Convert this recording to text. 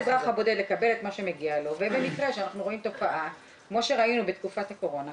הסוגייה של פניות הציבור בתקופת הקורונה.